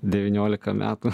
devyniolika metų